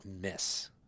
miss